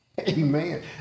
amen